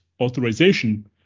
authorization